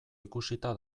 ikusita